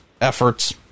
efforts